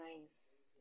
nice